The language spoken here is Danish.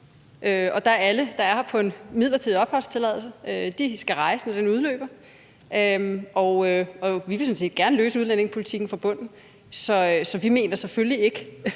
og alle, der er her på en midlertidig opholdstilladelse, skal rejse, når den udløber. Vi vil sådan set gerne løse udlændingespørgsmålet fra bunden, så vi mener selvfølgelig